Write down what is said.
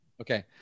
Okay